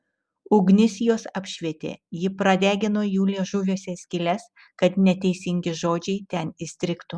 ugnis juos apšvietė ji pradegino jų liežuviuose skyles kad neteisingi žodžiai ten įstrigtų